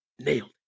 Nailed